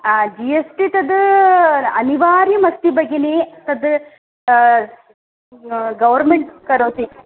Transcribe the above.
हा G S T तद् अनिवार्यमस्ति भगिनि तद् गौर्मेण्ट् करोति